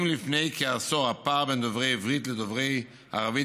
אם לפני כעשור הפער בין דוברי עברית לדוברי ערבית